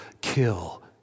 kill